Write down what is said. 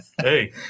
Hey